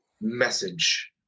message